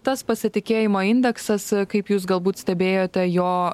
tas pasitikėjimo indeksas kaip jūs galbūt stebėjote jo